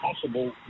possible